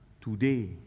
today